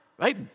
Right